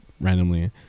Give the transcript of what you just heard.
randomly